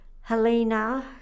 Helena